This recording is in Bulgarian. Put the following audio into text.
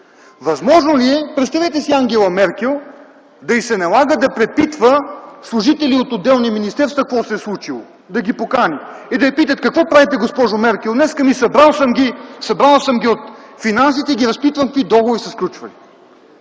Възможно ли е – представете си Ангела Меркел, да й се налага да препитва служители от отделни министерства какво се е случило? Да ги покани и да я питат: какво правите, госпожо Меркел днес? Ами събрала съм ги от Финансите и ги разпитвам какви договори са сключили.